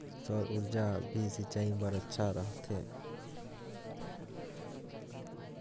सौर ऊर्जा भी सिंचाई बर अच्छा रहथे?